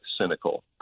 cynical